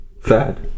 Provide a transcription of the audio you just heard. Fad